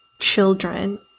children